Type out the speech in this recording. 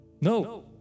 No